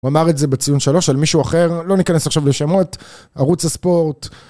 הוא אמר את זה בציון 3 על מישהו אחר, לא ניכנס עכשיו לשמות, ערוץ הספורט.